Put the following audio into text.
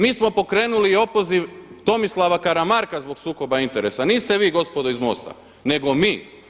Mi smo pokrenuli i opoziv Tomislava Karamarka zbog sukoba interesa, niste vi gospodo iz MOST-a nego mi.